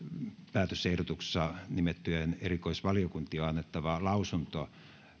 päätösehdotuksessa nimettyjen erikoisvaliokuntien on annettava lausunto